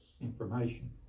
information